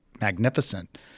magnificent